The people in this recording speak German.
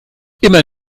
immer